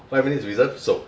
five minutes reserved sold